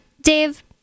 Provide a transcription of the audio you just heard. Dave